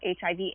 HIV